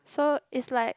so is like